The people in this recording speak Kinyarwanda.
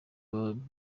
baba